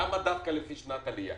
למה דווקא לפי שנת עלייה?